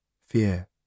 fear